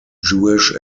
jewish